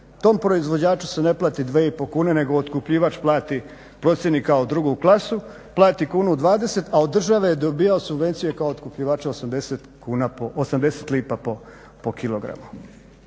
tom proizvođaču se ne plate 2 i pol kune nego otkupljivač plati, procijeni kao drugu klasu, plati kunu dvadeset, a od države je dobivao subvencije kao otkupljivača 80 lipa po kilogramu.